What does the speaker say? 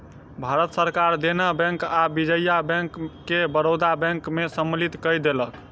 भारत सरकार देना बैंक आ विजया बैंक के बड़ौदा बैंक में सम्मलित कय देलक